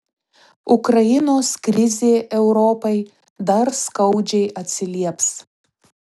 ukrainos krizė europai dar skaudžiai atsilieps